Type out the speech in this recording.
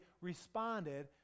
responded